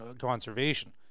conservation